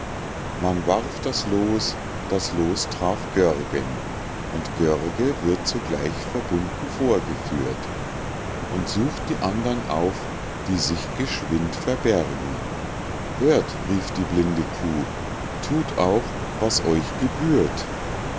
man warf das loos das loos traf görgen und görge wird sogleich verbunden vorgeführt und sucht die andern auf die sich geschwind verbergen hört rief die blinde kuh thut auch was euch gebührt